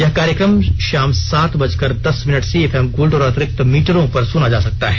यह कार्यक्रम शाम सात बजकर दस मिनट से एफएम गोल्ड और अतिरिक्त मीटरों पर सुना जा सकता है